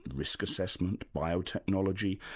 risk assessment, biotechnology,